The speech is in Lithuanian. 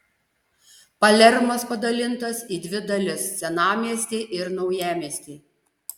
palermas padalintas į dvi dalis senamiestį ir naujamiestį